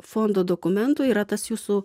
fondo dokumentų yra tas jūsų